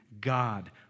God